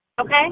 Okay